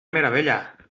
meravella